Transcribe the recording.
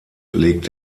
legt